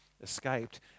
escaped